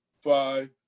five